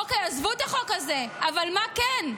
אוקיי, עזבו את החוק הזה, אבל מה כן?